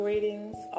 Greetings